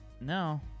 No